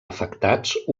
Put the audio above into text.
afectats